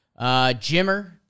Jimmer